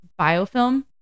biofilm